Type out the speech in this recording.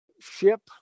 ship